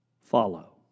follow